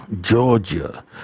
Georgia